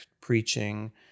preaching